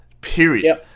period